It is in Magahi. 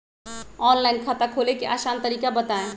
ऑनलाइन खाता खोले के आसान तरीका बताए?